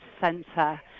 centre